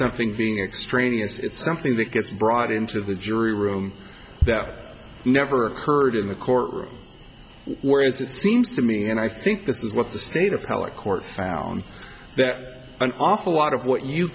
something being extraneous it's something that gets brought into the jury room that never occurred in the courtroom whereas it seems to me and i think this is what the state of pella court found that an awful lot of what you